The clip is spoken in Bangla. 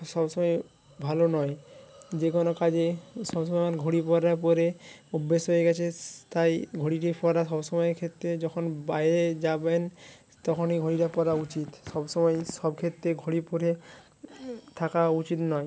সব সময় ভালো নয় যে কোনো কাজে সব সময় ঘড়ি পরা পরে অভ্যাস হয়ে গেছে তাই ঘড়িটি পরা সব সময় ক্ষেত্রে যখন বাইরে যাবেন তখন এই ঘড়িটা পরা উচিত সব সময়ই সবক্ষেত্রে ঘড়ি পরে থাকা উচিত নয়